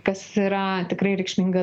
kas yra tikrai reikšminga